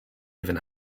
even